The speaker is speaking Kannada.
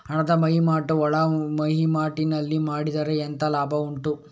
ಹಣದ ವಹಿವಾಟು ಒಳವಹಿವಾಟಿನಲ್ಲಿ ಮಾಡಿದ್ರೆ ಎಂತ ಲಾಭ ಉಂಟು?